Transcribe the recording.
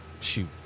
Shoot